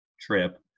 trip